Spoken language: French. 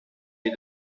les